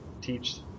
teach